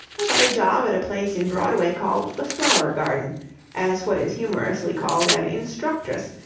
i got a job at a place in broadway called the flower garden as what is humorously called an instructress,